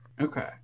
Okay